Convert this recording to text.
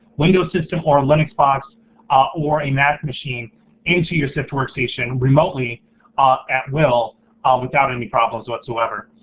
windows system or linux box or a mac machine into your sift workstation remotely at will without any problems whatsoever.